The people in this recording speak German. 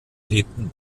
lebten